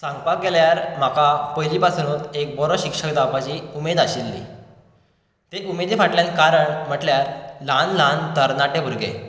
सांगपाक गेल्यार म्हाका पयलीं पासुनूच एक बरो शिक्षक जावपाची उमेद आशिल्ली ते उमेदी फाटल्यान कारण म्हटल्यार ल्हान ल्हान तरणाटे भुरगे